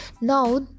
Now